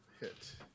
hit